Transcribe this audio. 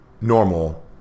normal